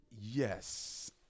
Yes